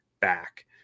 back